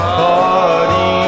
party